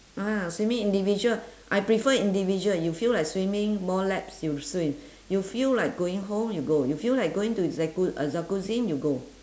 ah swimming individual I prefer individual you feel like swimming more laps you swim you feel like going home you go you feel like going to jacu~ uh jacuzzi you go